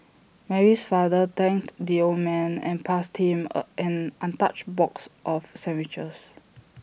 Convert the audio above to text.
Mary's father thanked the old man and passed him an untouched box of sandwiches